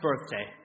birthday